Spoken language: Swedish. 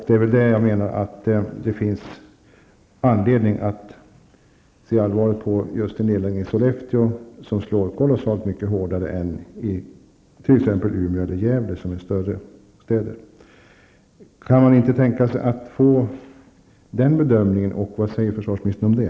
Där menar jag att det finns anledning att se allvarligt på just nedläggningen i Sollefteå, som skulle slå kolossalt mycket hårdare än en nedläggning i Umeå eller Gävle som är större städer. Kan man inte tänka sig att göra den bedömningen? Vad säger försvarsministern om det?